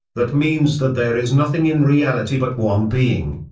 that means that there is nothing in reality but one being.